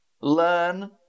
learn